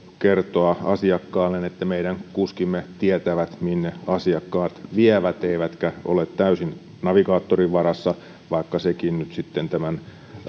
kertoa asiakkaalleen että meidän kuskimme tietävät minne asiakkaat vievät eivätkä ole täysin navigaattorin varassa vaikka se nyt sitten tämän